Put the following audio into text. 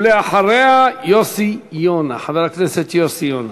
ואחריה, חבר הכנסת יוסי יונה.